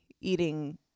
eating